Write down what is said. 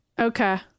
Okay